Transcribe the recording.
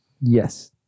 Yes